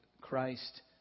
Christ